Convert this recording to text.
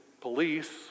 police